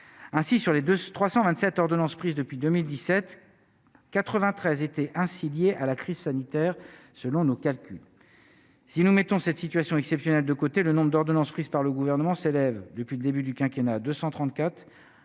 ainsi sur les 2327 ordonnances prises depuis 2017 93 étaient ainsi liées à la crise sanitaire, selon nos calculs, si nous mettons cette situation exceptionnelle de côté le nombre d'ordonnances prises par le gouvernement s'élève depuis le début du quinquennat 234,